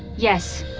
yes.